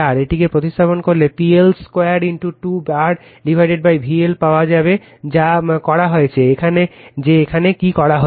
এটিকে প্রতিস্থাপন করলে PL 2 2 RVL পাবে যা করা হয়েছে যে এখানে কি করা হয়েছে